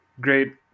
great